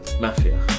mafia